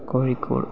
Kozhikode